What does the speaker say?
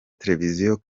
televiziyo